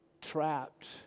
trapped